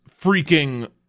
freaking